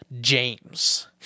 James